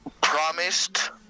promised